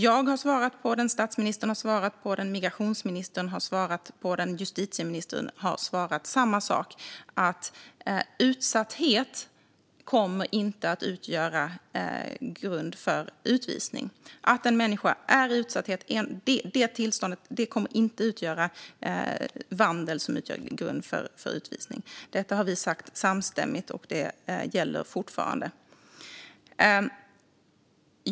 Jag har svarat på den, statsministern har svarat på den, migrationsministern har svarat på den och justitieministern har svarat samma sak: att utsatthet inte kommer att utgöra grund för utvisning. Tillståndet att vara i utsatthet kommer inte att utgöra grund för utvisning med anledning av bristande vandel. Detta har vi sagt samstämmigt. Det gäller fortfarande.